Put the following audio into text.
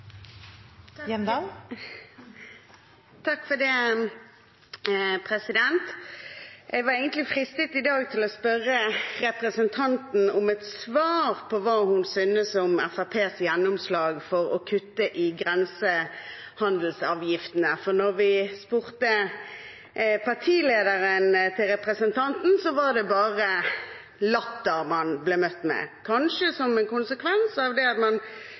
Jeg var egentlig i dag fristet til å be representanten Sem-Jacobsen om et svar på hva hun synes om Fremskrittspartiets gjennomslag for å kutte i grensehandelsavgiftene, for da vi spurte partilederen til representanten, var det bare latter man ble møtt med. Det er kanskje en konsekvens av det man kan kalle et insolvent budsjett fra Senterpartiet. Representanten tok opp at